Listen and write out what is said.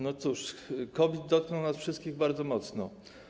No cóż, COVID dotknął nas wszystkich bardzo mocno.